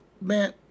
man